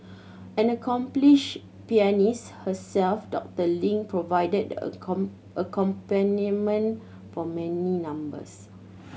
an accomplished pianist herself Doctor Ling provided the accompaniment for many numbers